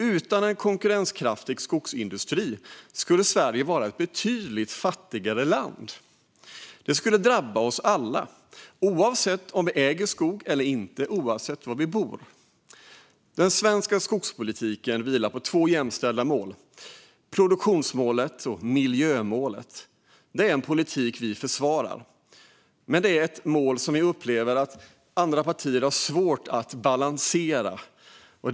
Utan en konkurrenskraftig skogsindustri skulle Sverige vara ett betydligt fattigare land. Det skulle drabba oss alla, oavsett om vi äger skog eller inte och oavsett var vi bor. Den svenska skogspolitiken vilar på två jämställda mål: produktionsmålet och miljömålet. Det är en politik som vi försvarar, men det är mål som vi upplever att andra partier har svårt att balansera.